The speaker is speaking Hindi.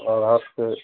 और आप पर